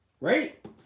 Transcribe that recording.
Right